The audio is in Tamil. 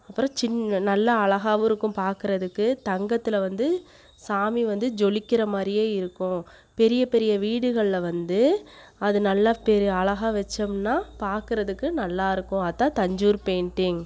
அப்புறம் சின்ன நல்லா அழகாகவும் இருக்கும் பார்க்கறதுக்கு தங்கத்தில் வந்து சாமி வந்து ஜொலிக்கிற மாதிரியே இருக்கும் பெரிய பெரிய வீடுகள்ல வந்து அது நல்லா பெரிய அழகாக வச்சோம்னா பார்க்கறதுக்கு நல்லாயிருக்கும் அதுதான் தஞ்சூர் பெயிண்டிங்